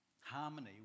harmony